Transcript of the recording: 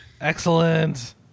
excellent